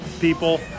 people